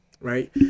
right